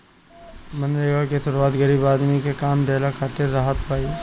मनरेगा के शुरुआत गरीब आदमी के काम देहला खातिर भइल रहे